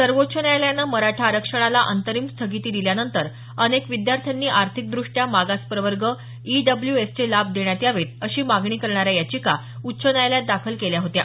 सर्वोच्व न्यायालयानं मराठा आरक्षणाला अंतरिम स्थगिती दिल्यानंतर अनेक विद्यार्थ्यांनी आर्थिकद्रष्ट्या मागास प्रवर्ग ईडब्ल्यूएसचे लाभ देण्यात यावेत अशी मागणी करणाऱ्या याचिका उच्च न्यायालयात दाखल केल्या होत्या